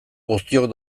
guztiok